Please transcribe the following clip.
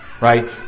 Right